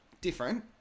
different